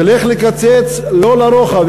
תלך לקצץ, לא לרוחב.